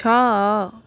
ଛଅ